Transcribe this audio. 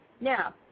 Now